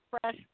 fresh